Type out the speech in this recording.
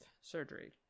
surgery